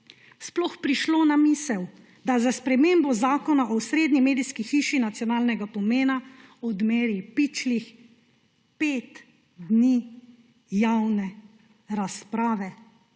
sploh prišlo na misel, da za spremembo zakona v osrednji medijski hiši nacionalnega pomena odmeri pičlih pet dni javne razprave